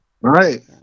Right